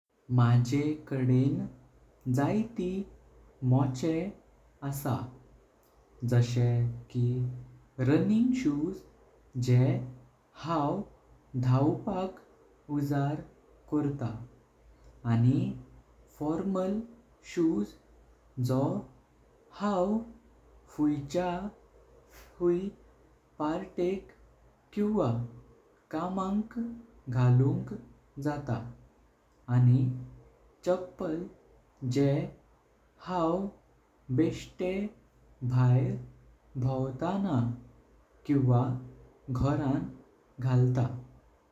माझेकडेन जायतें मोचे आसां जशें की रनिंग शूज जे हांव धवपाक उजार करता। आनी फॉर्मल शूज जो हांव फुच्यां होई प्रत्येक किवा कामाक घालुंक जातां। आनी चप्पल जे हांव बेस्टेहं भायर भोंवतना किवा घरान घालतां।